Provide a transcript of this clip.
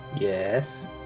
Yes